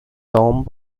tomb